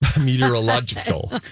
Meteorological